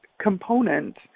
component